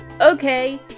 Okay